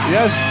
Yes